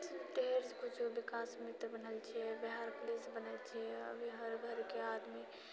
ढेर किछु बिकास मित्र बनल छिऐ बिहार पुलिस बनल छिऐ अभी हर घरके आदमी